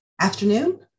Afternoon